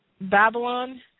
Babylon